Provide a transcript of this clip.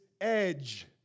edge